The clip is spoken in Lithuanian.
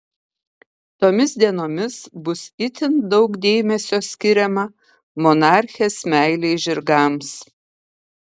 tomis dienomis bus itin daug dėmesio skiriama monarchės meilei žirgams